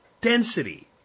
density